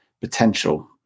potential